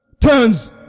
turns